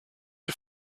you